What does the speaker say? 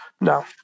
No